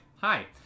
hi